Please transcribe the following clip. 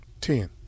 ten